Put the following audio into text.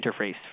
interface